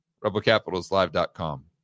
RebelCapitalsLive.com